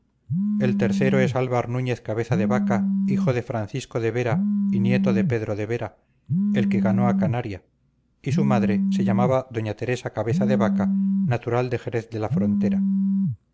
el tercero es álvar núñez cabeza de vaca hijo de francisco de vera y nieto de pedro de vera el que ganó a canaria y su madre se llamaba doña teresa cabeza de vaca natural de jerez de la frontera